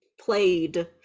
played